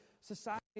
society